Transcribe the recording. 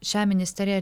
šią ministeriją